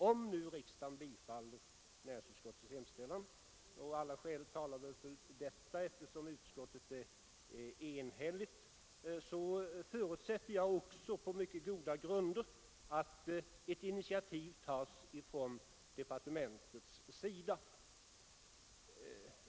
Om nu riksdagen bifaller näringsutskottets hemställan på denna punkt — alla skäl talar väl för detta eftersom utskottet är enhälligt — förutsätter jag på goda grunder att ett initiativ tas från departementets sida.